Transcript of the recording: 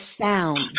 sound